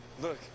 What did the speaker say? Look